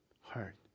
heart